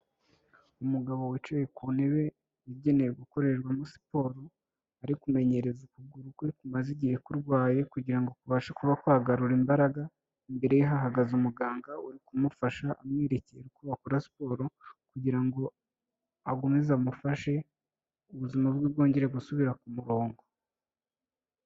Umugabo wicaye ku ntebe yagenewe gukorerwamo siporo, ari kumenyereza ukuguru kwe kumaze igihe kurwaye, kugira ngo kubabashe kuba kwagarura imbaraga, imbere ye hahagaze umuganga uri kumufasha, amwerekera uko bakora siporo kugira ngo akomeze amufashe ubuzima bwe bwongere gusubira ku murongo.